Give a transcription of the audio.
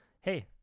Hey